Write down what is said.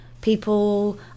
People